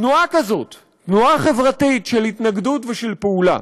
תנועה כזאת, תנועה חברתית של התנגדות ושל פעולה,